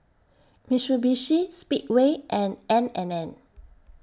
Mitsubishi Speedway and N and N